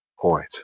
point